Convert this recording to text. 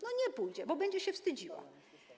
No nie pójdzie, bo będzie się wstydziła.